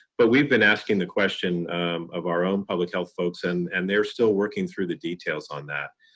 but we've been asking the question of our own public health folks, and and they're still working through the details on that.